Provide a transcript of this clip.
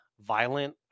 violent